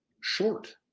short